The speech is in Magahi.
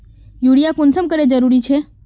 यूरिया कुंसम करे जरूरी छै?